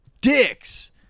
Dicks